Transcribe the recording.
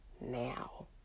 now